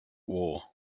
war